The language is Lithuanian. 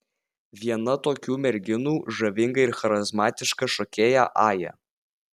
viena tokių merginų žavinga ir charizmatiška šokėja aja